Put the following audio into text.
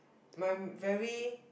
my very